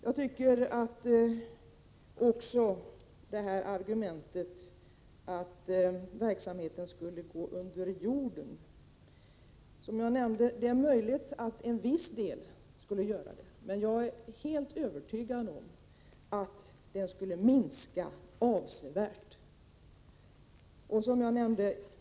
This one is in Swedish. Så till argumentet att verksamheten skulle gå under jorden. Det är, som jag nämnde, möjligt att en viss del skulle göra det, men jag är helt övertygad om att prostitutionen avsevärt skulle minska.